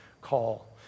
call